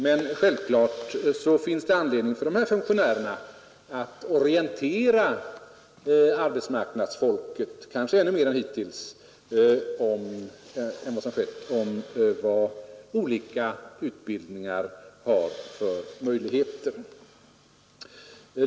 Men självklart finns det anledning för de här funktionärerna att orientera arbetsmarknadsfolket ännu mera än hittills om vad olika utbildningar ger för möjligheter.